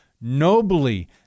nobly